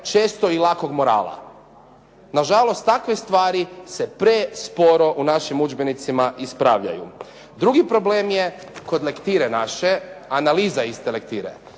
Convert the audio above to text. često i lakog morala. Na žalost takve stvari se presporo u našim udžbenicima ispravljaju. Drugi problem je kod lektire naše, analiza iste lektire.